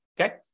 okay